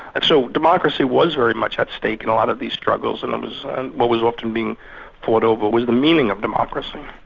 and so democracy was very much at stake in a lot of these struggles and um ah and what was often being fought over was the meaning of democracy.